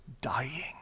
dying